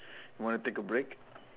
wanna take a break